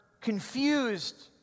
confused